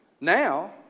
Now